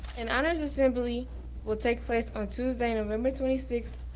an honors assembly will take place on tuesday, november twenty sixth,